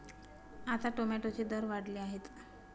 आता टोमॅटोचे दर वाढले आहेत